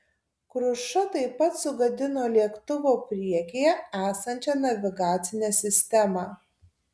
kruša taip pat sugadino lėktuvo priekyje esančią navigacinę sistemą